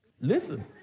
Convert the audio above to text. Listen